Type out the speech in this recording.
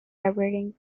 vibrating